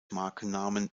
markennamen